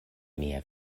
mia